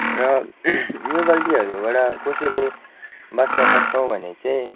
र यो गल्लीहरूबाट कसरी बाँच्न सक्छौँ भने चाहिँ